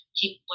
keep